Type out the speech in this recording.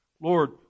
Lord